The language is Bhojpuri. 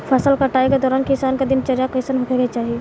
फसल कटाई के दौरान किसान क दिनचर्या कईसन होखे के चाही?